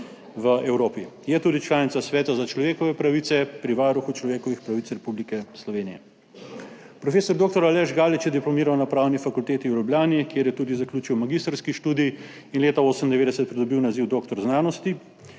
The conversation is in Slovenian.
v Evropi. Je tudi članica Sveta varuha za človekove pravice pri Varuhu človekovih pravic Republike Slovenije. Prof. dr. Aleš Galič je diplomiral na Pravni fakulteti v Ljubljani, kjer je tudi zaključil magistrski študij in leta 1998 pridobil naziv doktor znanosti.